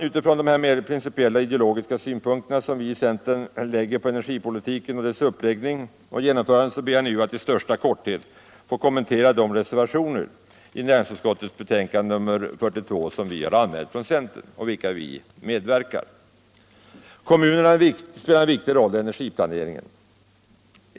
Utifrån dessa mera principiella och ideologiska synpunkter som vi i centern lägger på energipolitiken och dess uppläggning och genomförande ber jag nu att i största korthet få kommentera de reservationer i näringsutskottets betänkande nr 42 som vi har anmält från centern och som vi medverkar i. Kommunerna spelar en viktig roll i energiplaneringen.